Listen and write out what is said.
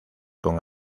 con